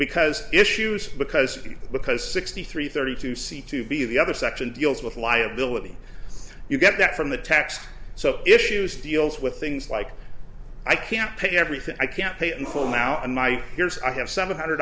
because issues because because sixty three thirty two c to be the other section deals with liability you get that from the tax so issues deals with things like i can't pay everything i can't pay in full now in my years i have seven hundred